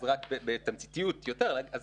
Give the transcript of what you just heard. אז רק בתמציתיות אז כן,